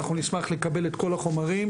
אנחנו נשמח לקבל את כל החומרים.